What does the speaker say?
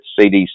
CDC